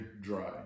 dry